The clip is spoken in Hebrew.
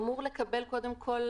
אמור לקבל קודם כל